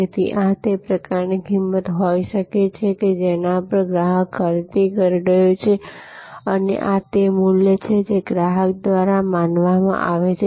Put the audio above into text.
તેથી આ તે પ્રકારની કિંમત હોઈ શકે છે કે જેના પર ગ્રાહક ખરીદી કરી રહ્યો છે અને આ તે મૂલ્ય છે જે ગ્રાહક દ્વારા માનવામાં આવે છે